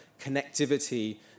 connectivity